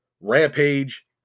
Rampage